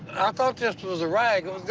i thought this was a rag. oh,